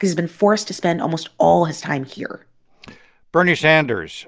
he's been forced to spend almost all his time here bernie sanders